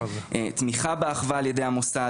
תמיכה באחווה על ידי המוסד,